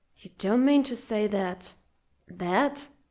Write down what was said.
you don't mean to say that that!